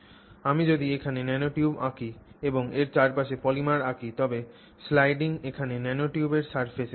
আমি যদি এখানে ন্যানোটিউব আঁকি এবং এর চারপাশে পলিমার আঁকি তবে স্লাইডিং এখানে ন্যানোটিউবের সারফেসে ঘটছে